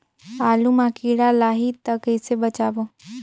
आलू मां कीड़ा लाही ता कइसे बचाबो?